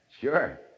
sure